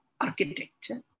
architecture